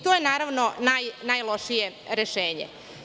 To je naravno najlošije rešenje.